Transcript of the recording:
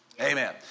Amen